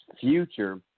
future